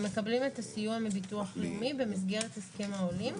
הרבה עולים נכים.